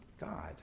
God